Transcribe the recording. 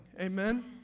amen